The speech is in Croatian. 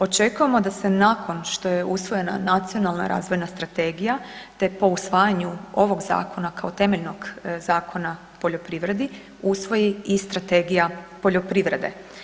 Očekujemo da se nakon što je usvojena Nacionalna razvojna strategija te po usvajanju ovog Zakona kao temeljenog zakona poljoprivredi usvoji i Strategija poljoprivrede.